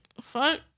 fuck